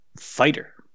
Fighter